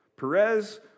Perez